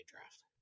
draft